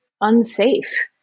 unsafe